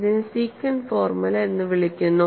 ഇതിനെ secant formula എന്ന് വിളിക്കുന്നു